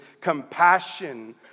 compassion